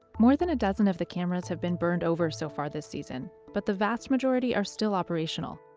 more than a dozen of the cameras have been burned over so far this season, but the vast majority are still operational.